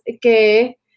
que